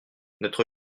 notre